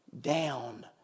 down